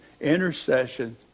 intercession